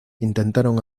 intentaron